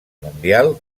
mundial